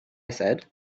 said